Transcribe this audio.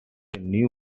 new